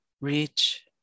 reach